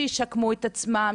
שישקמו את עצמם,